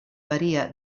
varia